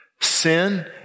Sin